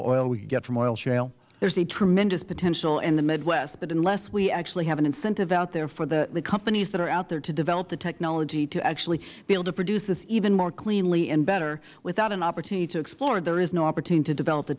oil we could get from oil shale ms harbert there is a tremendous potential in the midwest but unless we actually have an incentive out there for the companies that are out there to develop the technology to actually be able to produce this even more cleanly and better without an opportunity to explore there is no opportunity to develop the